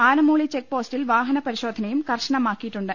ആനമൂളി ചെക്ക്പോസ്റ്റിൽ പ്രാഹനപരിശോധനയും കർശനമാക്കിയിട്ടുണ്ട്